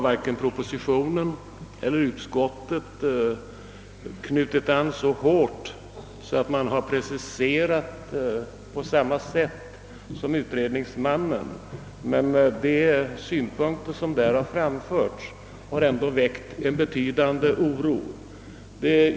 Varken propositionen eller utskottet har knutit an särskilt hårt till detta förslag eller preciserat på samma sätt som utredningsmannen, men de synpunkter som han fört fram har ändå väckt en betydande oro.